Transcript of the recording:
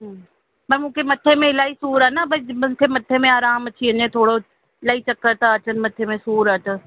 हूं भई मूंखे मथे में इलाही सूर आहे न भई मूंखे मथे में आराम अची वञे थोरो इलाही चक्कर था अचनि मथे में सूर आहे त